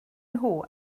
nhw